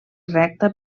recta